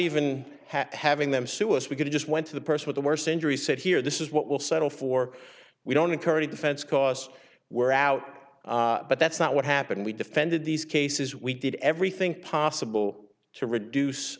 even having them sue us we could just went to the person with the worst injury said here this is what we'll settle for we don't incur any defense because we're out but that's not what happened we defended these cases we did everything possible to reduce